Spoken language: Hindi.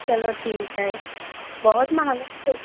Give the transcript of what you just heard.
चलो ठीक है बहुत महँगा है